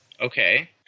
Okay